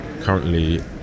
Currently